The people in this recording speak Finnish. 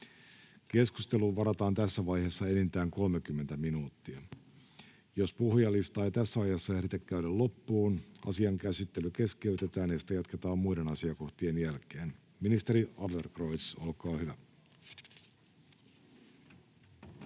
Keskusteluun varataan tässä vaiheessa enintään 30 minuuttia. Jos puhujalistaa ei tässä ajassa ehditä käydä loppuun, asian käsittely keskeytetään ja sitä jatketaan muiden asiakohtien jälkeen. — Ministeri Adlercreutz, olkaa hyvä.